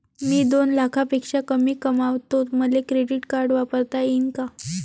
मी दोन लाखापेक्षा कमी कमावतो, मले क्रेडिट कार्ड वापरता येईन का?